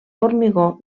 formigó